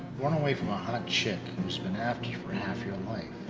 run away from a hot chick who's been after you for half your life,